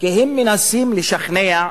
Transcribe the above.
כי הם מנסים לשכנע,